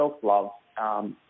self-love